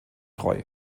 treu